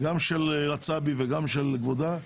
גם של רצאבי וגם של כבודה,